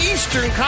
Eastern